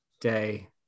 day